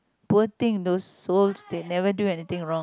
poor thing those souls they never do anything wrong